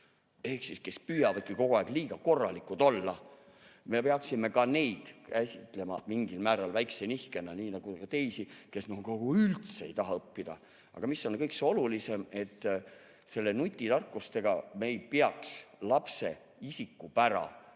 ehk need, kes püüavad kogu aeg liiga korralikud olla. Me peaksime ka neid käsitlema mingil määral väikese nihkena, nii nagu neid teisi, kes kohe üldse ei taha õppida. Aga mis on kõige olulisem, selle nutitarkusega me ei peaks lapse isikupära [kaotama].